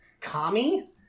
kami